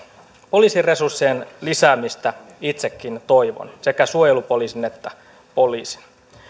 poliisin resurssien lisäämistä itsekin toivon sekä suojelupoliisin että poliisin